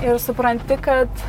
ir supranti kad